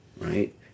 right